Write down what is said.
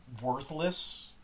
worthless